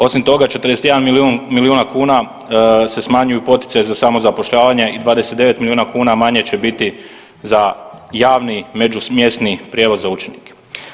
Osim toga 41 milijuna kuna se smanjuju poticaji za samozapošljavanje i 29 milijuna kuna manje će biti za javni međumjesni prijevoz za učenike.